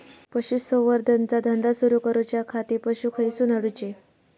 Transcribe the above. पशुसंवर्धन चा धंदा सुरू करूच्या खाती पशू खईसून हाडूचे?